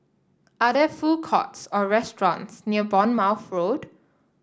are there food courts or restaurants near Bournemouth Road